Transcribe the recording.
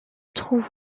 trouve